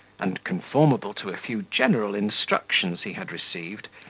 and, conformable to a few general instructions he had received,